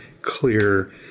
clear